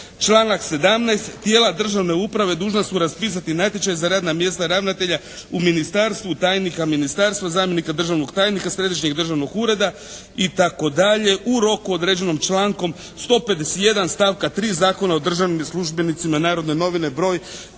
Članak 17. Tijela državne uprave dužna su raspisati natječaj za radna mjesta ravnatelja u ministarstvu, tajnika ministarstva, zamjenika državnog tajnika središnjeg državnog ureda i tako dalje u roku određenog člankom 151. stavka 3. Zakona o državnim službenicima, Narodne novine broj